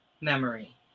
memory